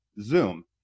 Zoom